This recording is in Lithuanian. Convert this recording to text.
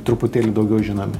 truputėlį daugiau žinomi